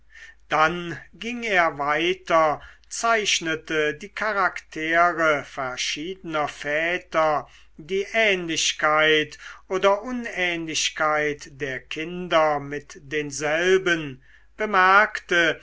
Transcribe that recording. dann ging er weiter zeichnete die charaktere verschiedener väter die ähnlichkeit oder unähnlichkeit der kinder mit denselben bemerkte